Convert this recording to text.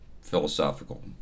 philosophical